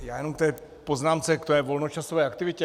Já jenom k té poznámce, k té volnočasové aktivitě.